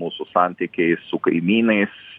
mūsų santykiai su kaimynais